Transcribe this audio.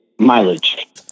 Mileage